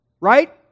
right